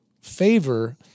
favor